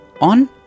on